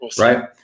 Right